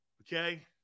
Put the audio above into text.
Okay